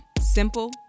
simple